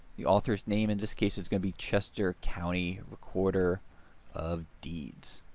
the author's name in this case is going to be chester county recorder of deeds.